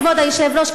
כבוד היושב-ראש,